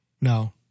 No